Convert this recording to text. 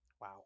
Wow